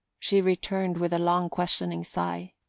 she returned with a long questioning sigh.